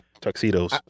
tuxedos